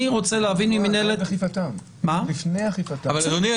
לפני אכיפתם.